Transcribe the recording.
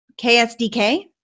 KSDK